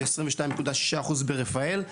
ו-22.6% ברפאל.